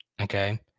Okay